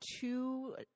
two